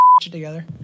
together